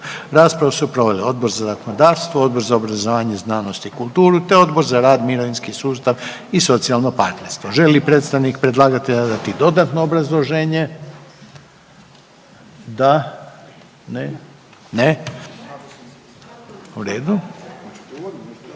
Raspravu su proveli Odbor za zakonodavstvo, Odbor za obrazovanje, znanost i kulturu te Odbor za rad, mirovinski sustav i socijalno partnerstvo. Želi li predstavnik predlagatelja dati dodatno obrazloženje? Da, ne? Ne. U redu, onda izvolite